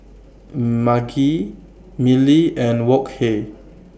Maggi Mili and Wok Hey